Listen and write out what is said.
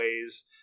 ways